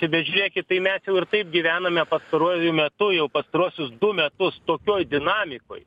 tai bet žiūrėkit mes jau ir taip gyvename pastaruoju metu jau pastaruosius du metus tokioj dinamikoj